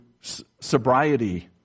sobriety